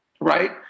right